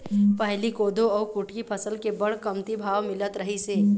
पहिली कोदो अउ कुटकी फसल के बड़ कमती भाव मिलत रहिस हे